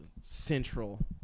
central